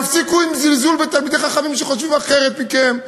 תפסיקו עם הזלזול בתלמידי חכמים שחושבים אחרת מכם.